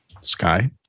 sky